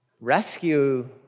Rescue